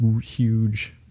huge